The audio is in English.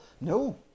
No